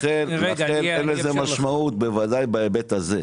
לכן אין לזה משמעות בוודאי בהיבט הזה.